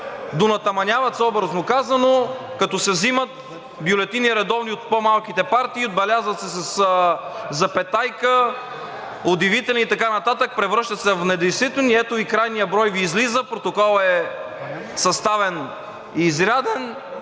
донатъманяват се, образно казано, като се взимат бюлетини, редовни, от по-малките партии, отбелязват се със запетайка, удивителен и така нататък, превръщат се в недействителни. И ето, и крайният брой Ви излиза – протоколът е съставен, изряден